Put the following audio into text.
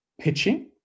pitching